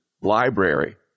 library